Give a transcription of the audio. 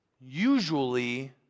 Usually